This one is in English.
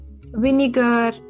vinegar